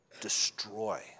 destroy